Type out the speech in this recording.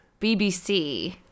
BBC